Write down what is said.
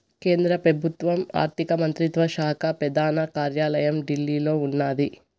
కేంద్ర పెబుత్వ ఆర్థిక మంత్రిత్వ శాక పెదాన కార్యాలయం ఢిల్లీలో ఉన్నాది